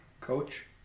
Coach